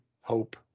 hope